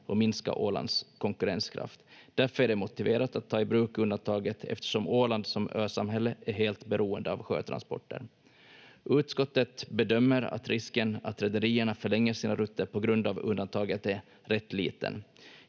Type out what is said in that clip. och minska Ålands konkurrenskraft. Därför är det motiverat att ta i bruk undantaget, eftersom Åland som ösamhälle är helt beroende av sjötransporter. Utskottet bedömer att risken att rederierna förlänger sina rutter på grund av undantaget är rätt liten.